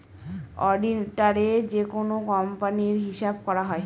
অডিটারে যেকোনো কোম্পানির হিসাব করা হয়